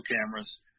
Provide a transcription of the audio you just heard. cameras